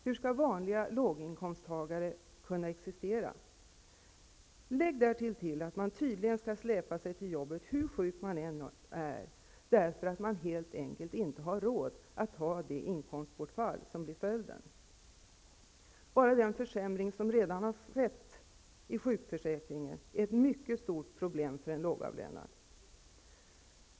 Hur skall vanliga låginkomsttagare kunna existera? Lägg därtill att man tydligen skall släpa sig till jobbet hur sjuk man än är, därför att man helt enkelt inte har råd med det inkomstbortfall som annars blir följden. Bara den försämring som redan skett i sjukförsäkringen är ett mycket stort problem för en lågavlönad.